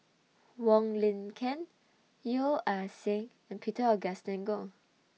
Wong Lin Ken Yeo Ah Seng and Peter Augustine Goh